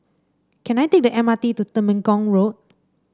can I take the M R T to Temenggong Road